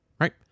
right